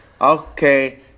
Okay